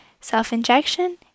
self-injection